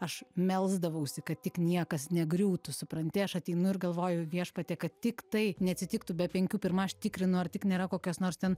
aš melsdavausi kad tik niekas negriūtų supranti aš ateinu ir galvoju viešpatie kad tik tai neatsitiktų be penkių pirma aš tikrinu ar tik nėra kokios nors ten